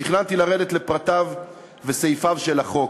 ותכננתי לרדת לפרטיו וסעיפיו של החוק,